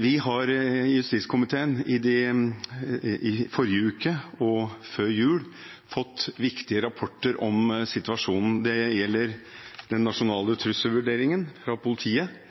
Vi har i justiskomiteen i forrige uke og før jul fått viktige rapporter om situasjonen. Det gjelder den nasjonale trusselvurderingen fra politiet,